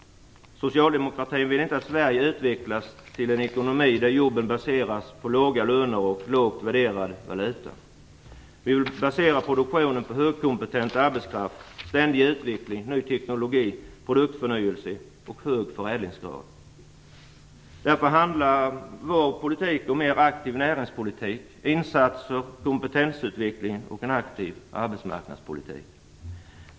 Socialdemokratin vill inte att Sverige utvecklas till en ekonomi där jobben baseras på låga löner och lågt värderad valuta. Vi vill basera produktionen på högkompetent arbetskraft, ständig utveckling, ny teknologi, produktförnyelse och hög förädlingsgrad. Därför handlar vår politik om mer aktiv näringspolitik, insatser, kompetensutveckling och en aktiv arbetsmarknadspolitik.